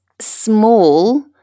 small